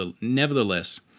nevertheless